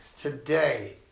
Today